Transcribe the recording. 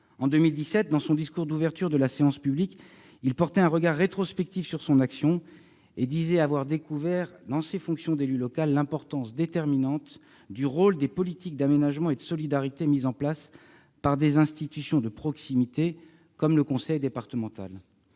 En 2017, dans son discours d'ouverture de la séance publique, il portait un regard rétrospectif sur son action et disait avoir découvert, dans ses fonctions d'élu local, « l'importance déterminante du rôle des politiques d'aménagement et de solidarité mises en place par des institutions de proximité comme le conseil départemental